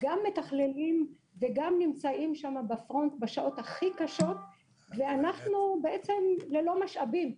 מתחללים וגם נמצאים בפרונט בשעות הכי קשות ואנחנו ללא משאבים.